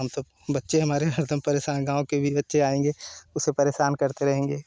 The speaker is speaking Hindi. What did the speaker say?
हम तो बच्चे हमारे हरदम परेशान गाँव के भी बच्चे आएँगे उसे परेशान करते रहेंगे